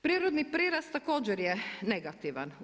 Prirodni prirast također je negativan.